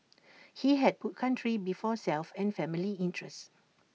he had put country before self and family interest